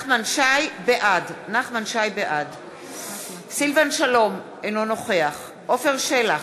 בעד סילבן שלום, אינו נוכח עפר שלח,